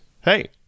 hey